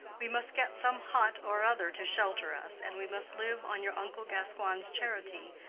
we must get some hut or other to shelter us, and we must live on your uncle gascoigne's charity,